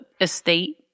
estate